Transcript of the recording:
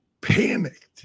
panicked